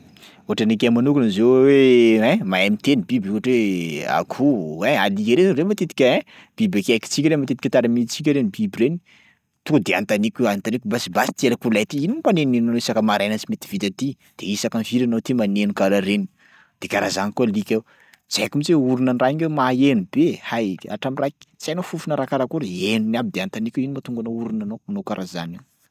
Ohatry anakay manokany zao hoe ein mahay miteny biby ohatry hoe akoho ein alika reny zao reny matetika ein! Biby akaikintsika reny matetika tarimiantsika reny biby reny, tonga de anontaniko hoe anontaniko basy basy ty an'akoholahy ty ino mampanenonenonao isaka maraina tsy mety vita ty de isaka am'firy anao ty maneno karaha reny? De karaha zany ko alika io tsy haiko mihtsy hoe oronandraha io nge maheno be haiky hatram'raha k- tsy hainao fofona raha karakôry henony aby de anontaniko hoe ino mahatonga anao oronanao manao karaha zany.